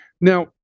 Now